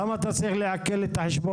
למה אתה צריך לעקל לי את החשבון?